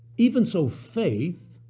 even so faith,